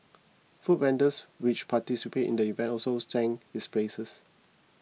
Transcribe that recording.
food vendors which participated in the event also sang its praises